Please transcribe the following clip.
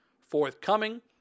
forthcoming